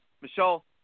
Michelle